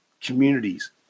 communities